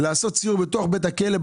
לעשות סיור בתוך בית הכלא,